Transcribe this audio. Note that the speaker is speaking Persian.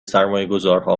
سرمایهگذارها